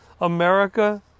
America